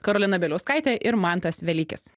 karolina bieliauskaitė ir mantas velykis